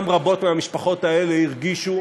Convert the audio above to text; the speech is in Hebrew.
גם רבות מהמשפחות האלה הרגישו